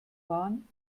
waren